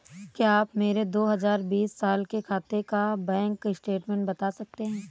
क्या आप मेरे दो हजार बीस साल के खाते का बैंक स्टेटमेंट बता सकते हैं?